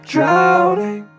Drowning